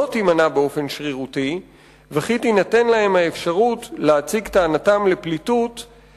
לא תימנע באופן שרירותי וכי תינתן להם האפשרות להציג את טענתם לפליטות,